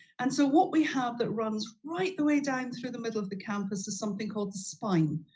and so what we have that runs right the way down through the muddle of the campus is something called the spine.